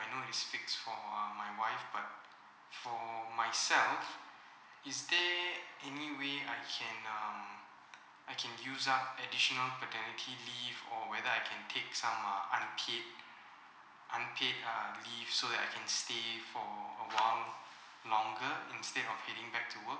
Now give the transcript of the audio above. I know it's speaks for uh my wife but for myself is there any way I can um I can use up additional paternity leave or whether I can take some uh unpaid unpaid uh leave so that I can stay for a while longer instead of heading back to work